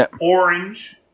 orange